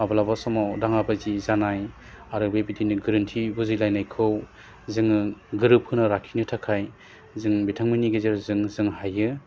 माब्लाबा समाव दाङाबाजि जानाय आरो बेबायदिनो गोरोन्थि बुजिलायनायखौ जोङो गोरोबहोना लाखिनो थाखाइ जों बिथांमोननि गेजेरजों जों हायो